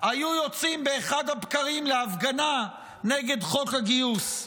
היו יוצאים באחד הבקרים להפגנה נגד חוק הגיוס,